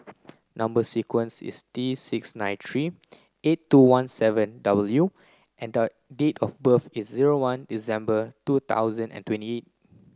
number sequence is T six nine three eight two one seven W and date of birth is zero one December two thousand and twenty eight